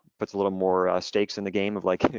puts a little more stakes in the game of like,